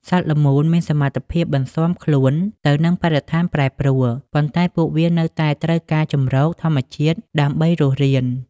សត្វល្មូនមានសមត្ថភាពបន្សាំខ្លួនទៅនឹងបរិស្ថានប្រែប្រួល ប៉ុន្តែពួកវានៅតែត្រូវការជម្រកធម្មជាតិដើម្បីរស់រាន។